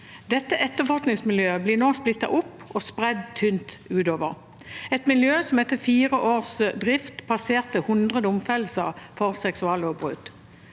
Dette etterforskningsmiljøet blir nå splittet opp og spredt tynt utover, et miljø som etter fire års drift passerte 100 domfellelser for seksuallovbrudd.